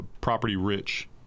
property-rich